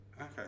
Okay